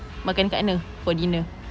makan kat mana for dinner